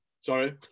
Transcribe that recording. Sorry